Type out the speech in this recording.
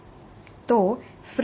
तो फ्रेमिंग काफी मददगार है